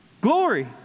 Glory